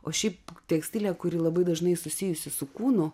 o šiaip tekstilė kuri labai dažnai susijusi su kūnu